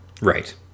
Right